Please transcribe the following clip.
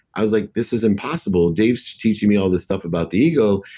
i was like, this is impossible. dave's teaching me all this stuff about the ego.